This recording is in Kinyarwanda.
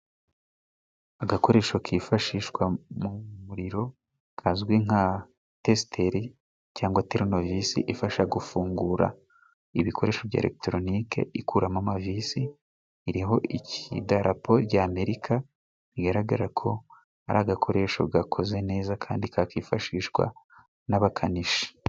Agakoresho kifashishwa mu muriro kazwi nka tesiteri cyangwa terunovisi, ifasha gufungura ibikoresho bya elegitoronike ikuramo amavisi. Iriho iki idarapo rya Amerika, bigaragara ko ari agakoresho gakoze neza kandi kakifashishwa n'abakanishi.